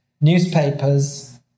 newspapers